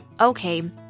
Okay